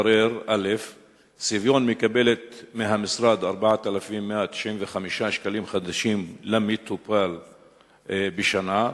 מתברר שסביון מקבלת מהמשרד 4,195 שקלים חדשים למטופל בשנה,